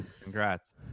Congrats